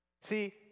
See